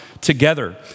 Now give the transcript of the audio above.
together